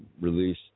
release